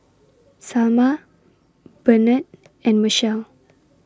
Salma Bernard and Machelle